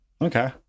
Okay